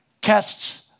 casts